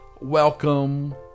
welcome